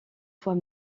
fois